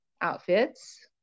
outfits